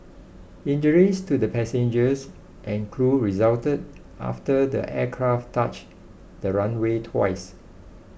injuries to the passengers and crew resulted after the aircraft touch the runway twice